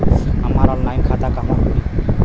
हमार ऑनलाइन खाता कहवा खुली?